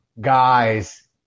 guys